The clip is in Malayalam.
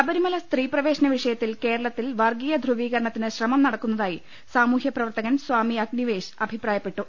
ശബരിമല സ്ത്രീ പ്രവേശന വിഷയത്തിൽ കേരളത്തിൽ വർഗീയ ധ്രുവീകരണത്തിന് ശ്രമം നടക്കുന്നതായി സാമൂഹ്യ പ്രവർത്തകൻ സ്വാമി അഗ്നിവേശ് അഭിപ്രായപ്പെട്ടു